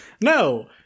No